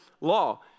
law